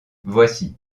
voici